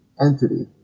entity